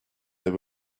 they